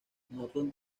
norton